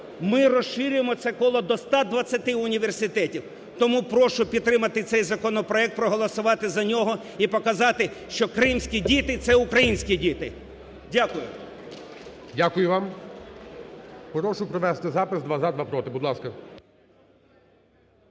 Ми розширюємо це коло до 120 університетів. Тому прошу підтримати цей законопроект, проголосувати за нього і показати, що кримські діти - це українські діти. Дякую. (Оплески) ГОЛОВУЮЧИЙ. Дякую вам. Прошу провести запис: два – за, два – проти. Будь ласка.